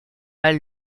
mal